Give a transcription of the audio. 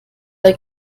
der